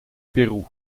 peru